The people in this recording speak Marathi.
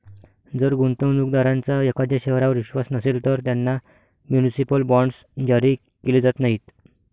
जर गुंतवणूक दारांचा एखाद्या शहरावर विश्वास नसेल, तर त्यांना म्युनिसिपल बॉण्ड्स जारी केले जात नाहीत